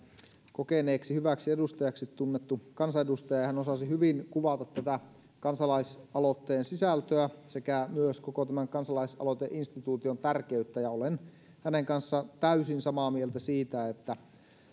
kokeneeksi hyväksi tunnettu kansanedustaja hän osasi hyvin kuvata tätä kansalaisaloitteen sisältöä sekä myös koko tämän kansalaisaloiteinstituution tärkeyttä olen hänen kanssaan täysin samaa mieltä siitä että